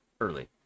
early